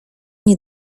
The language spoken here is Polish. nie